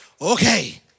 okay